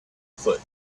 foot